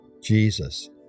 Jesus